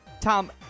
Tom